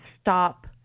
stop